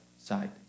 side